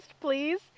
please